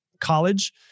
college